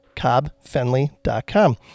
cobbfenley.com